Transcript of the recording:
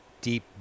deep